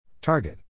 Target